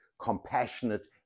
compassionate